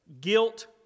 guilt